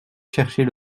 chercher